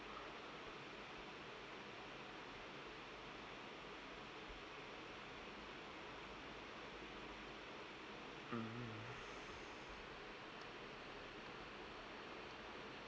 mm